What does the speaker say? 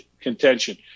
contention